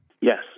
Yes